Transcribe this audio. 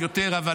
יותר הסכמות,